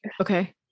okay